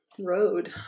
Road